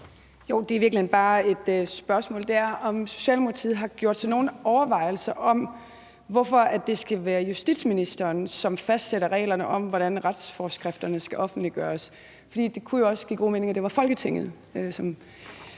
Det er i virkeligheden bare et spørgsmål: Har Socialdemokratiet gjort sig nogen overvejelser om, hvorfor det skal være justitsministeren, som fastsætter reglerne for, hvordan retsforskrifterne skal offentliggøres? Det kunne jo også give god mening, at det var Folketinget, som